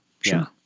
sure